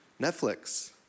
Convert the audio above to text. Netflix